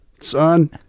son